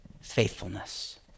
faithfulness